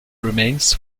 remains